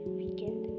weekend